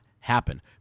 happen